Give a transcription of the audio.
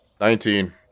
Nineteen